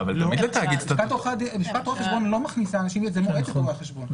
לשכת רואי חשבון לא מכניסה אנשים להיות בלשכת רואי חשבון.